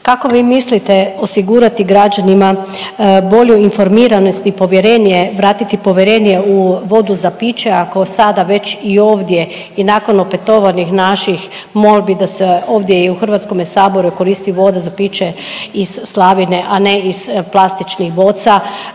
kako vi mislite osigurati građanima bolju informiranost i povjerenje, vratiti povjerenje u vodu za piće ako sada već i ovdje i nakon opetovanih naših molbi da se ovdje i u HS koristi voda za piće iz slavine, a ne iz plastičnih boca,